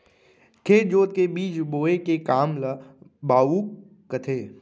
खेत जोत के बीज बोए के काम ल बाउक कथें